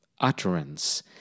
utterance